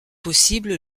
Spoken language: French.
possible